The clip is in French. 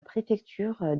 préfecture